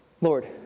Lord